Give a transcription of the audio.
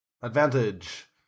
Advantage